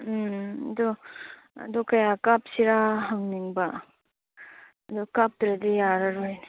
ꯎꯝ ꯑꯗꯣ ꯑꯗꯣ ꯀꯌꯥ ꯀꯥꯞꯁꯤꯔꯥ ꯍꯪꯅꯤꯡꯕ ꯑꯗꯨ ꯀꯥꯞꯇ꯭ꯔꯗꯤ ꯌꯥꯔꯔꯣꯏ